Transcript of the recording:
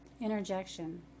Interjection